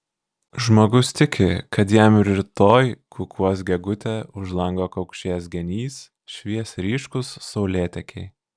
žmogus tiki kad jam ir rytoj kukuos gegutė už lango kaukšės genys švies ryškūs saulėtekiai